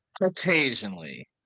Occasionally